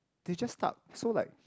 they just stuck so like